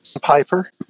Piper